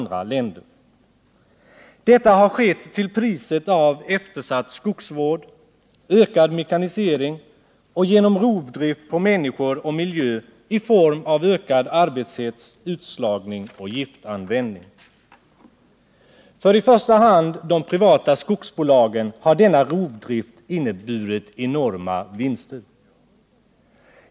Detta har skett till priset av eftersatt skogsvård, ökad mekanisering och rovdrift på människor och miljö i form av ökad arbetshets, utslagning och giftanvändning. För i första hand de privata skogsbolagen har denna rovdrift inneburit enorma vinster.